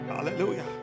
Hallelujah